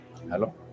Hello